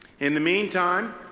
in the meantime,